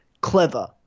clever